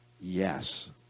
Yes